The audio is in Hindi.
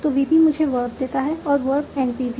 तो VP मुझे वर्ब देता है और वर्ब NP भी